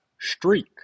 Streak